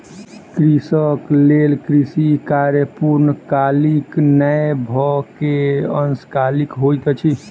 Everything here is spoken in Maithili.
कृषक लेल कृषि कार्य पूर्णकालीक नै भअ के अंशकालिक होइत अछि